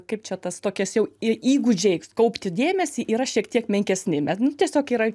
kaip čia tas tokias jau įgūdžiai kaupti dėmesį yra šiek tiek menkesni bet nu tiesiog yra